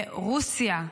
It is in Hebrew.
ברוסיה,